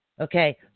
Okay